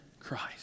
Christ